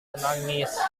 menangis